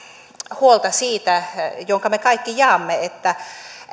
huolta jonka me kaikki jaamme siitä että